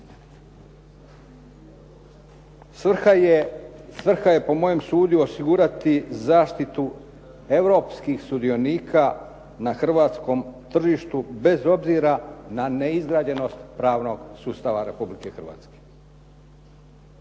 Svrha je po mojem sudu osigurati zaštitu europskih sudionika na hrvatskom tržištu bez obzira na neizgrađenost pravnog sustava Republike Hrvatske.